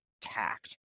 tact